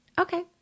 Okay